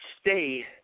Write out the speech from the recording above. stay